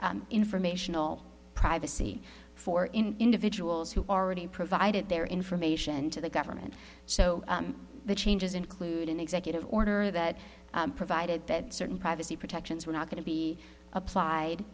with informational privacy for individuals who already provided their information to the government so the changes include an executive order that provided certain privacy protections were not going to be applied